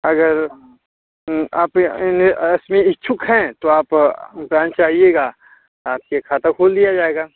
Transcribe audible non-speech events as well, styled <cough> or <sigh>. अगर आप ये <unintelligible> इच्छुक हैं तो आप बैंक से आइएगा आपके खाता खोल लिया जाएगा